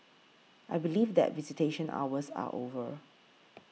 I believe that visitation hours are over